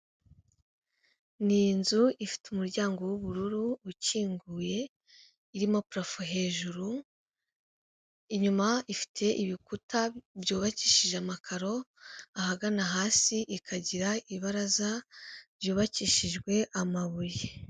Ni nzu ifite umuryango w'ubururu ukinguye, irimo purafo hejuru, inyuma ifite ibikuta byubakishije amakaro, ahagana hasi ikagira ibaraza ryubakishijwe amabuye.